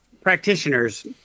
practitioners